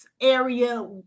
area